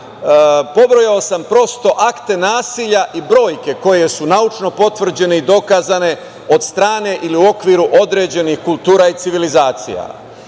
pobrojao sam akte nasilja i brojke koje su naučno potvrđene i dokazane od strane ili u okviru određenih kultura i civilizacija. Ono